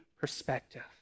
perspective